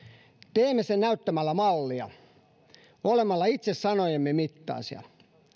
teemme sen näyttämällä mallia olemalla itse sanojemme mittaisia